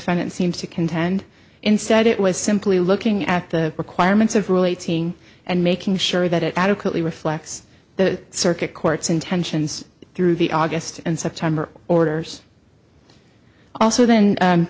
nt seems to contend instead it was simply looking at the requirements of relating and making sure that it adequately reflects the circuit court's intentions through the august and september orders also then